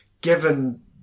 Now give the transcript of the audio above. Given